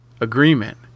agreement